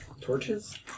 Torches